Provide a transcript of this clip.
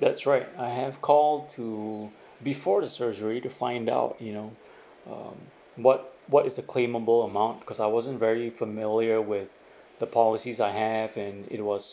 that's right I have called to before the surgery to find out you know um what what is the claimable amount because I wasn't very familiar with the policy I have and it was